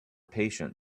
patient